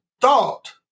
thought